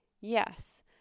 yes